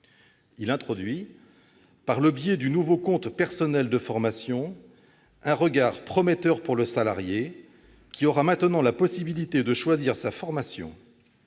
Il introduit, par le biais du nouveau compte personnel de formation, un regard prometteur pour le salarié, qui aura maintenant la possibilité de choisir sa formation.